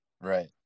Right